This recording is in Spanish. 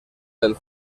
del